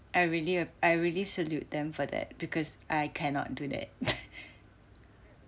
I really I really salute them for that because I cannot do that